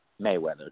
Mayweather